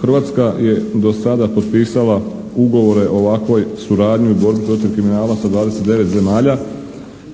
Hrvatska je do sada potpisala ugovore o ovakvoj suradnji u borbi protiv kriminala sa 29 zemalja